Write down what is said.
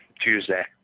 Tuesday